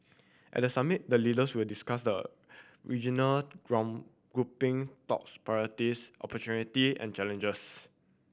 at the summit the leaders will discuss the regional grouping tops priorities opportunity and challenges